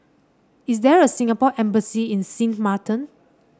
is there a Singapore Embassy in Sint Maarten